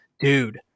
dude